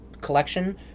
collection